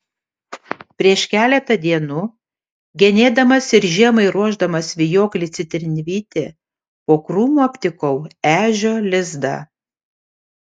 prieš keletą dienų genėdamas ir žiemai ruošdamas vijoklį citrinvytį po krūmu aptikau ežio lizdą